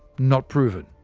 not proven,